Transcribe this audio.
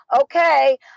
okay